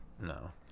No